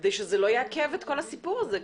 כדי לא לעכב את הסיפור הזה.